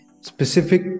specific